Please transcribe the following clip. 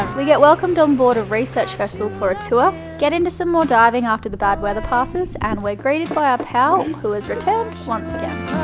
we get welcomed on board a research vessel for a tour. get into some more diving after the bad weather passes and we're greeted by our pal, who has returned once again.